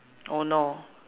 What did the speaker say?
oh no